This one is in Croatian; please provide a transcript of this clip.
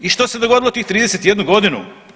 I što se dogodilo u tih 31 godinu?